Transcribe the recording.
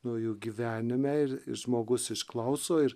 nu jų gyvenime ir ir žmogus išklauso ir